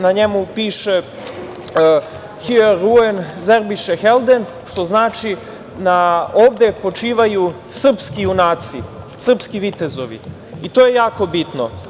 Na njemu piše „Hier ruhen serbishe Helden“, što znači „Ovde počivaju srpski junaci“, srpski vitezovi, To je jako bitni.